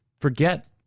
forget